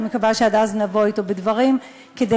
אני מקווה שעד אז נבוא אתו בדברים כדי